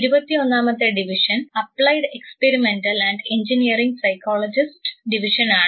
ഇരുപത്തി ഒന്നാമത്തെ division applied experimental and engineering psychologist ഡിവിഷനാണ്